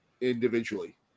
individually